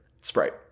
Sprite